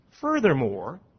Furthermore